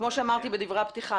כמו שאמרתי בדברי הפתיחה,